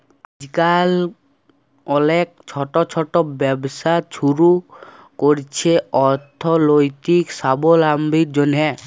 আইজকাল অলেক ছট ছট ব্যবসা ছুরু ক্যরছে অথ্থলৈতিক সাবলম্বীর জ্যনহে